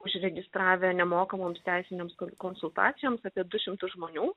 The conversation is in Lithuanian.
užregistravę nemokamoms teisinėms konsultacijoms apie du šimtus žmonių